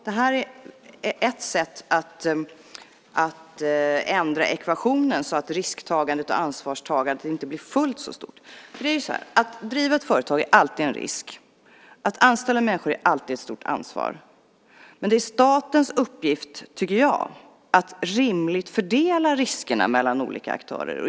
Det är ett sätt att ändra ekvationen så att risktagandet och ansvarstagandet inte blir fullt så stort. Att driva ett företag är alltid en risk. Att anställa människor är alltid ett stort ansvar. Men det är statens uppgift, tycker jag, att rimligt fördela riskerna mellan olika aktörer.